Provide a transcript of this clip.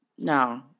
No